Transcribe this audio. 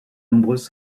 nombreuses